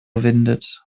windet